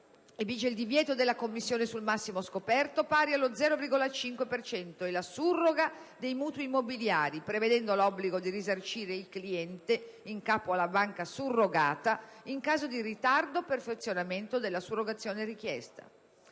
vige il divieto della commissione sul massimo scoperto - pari allo 0,5 per cento e la surroga dei mutui immobiliari, prevedendo l'obbligo di risarcire il cliente in capo alla banca surrogata in caso di ritardato perfezionamento della surrogazione richiesta.